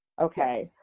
okay